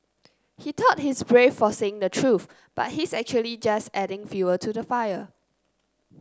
he thought his brave for saying the truth but his actually just adding fuel to the fire